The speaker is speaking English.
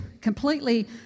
completely